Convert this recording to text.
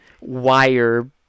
wire